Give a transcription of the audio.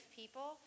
people